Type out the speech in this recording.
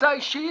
מכסה אישית